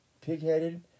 pigheaded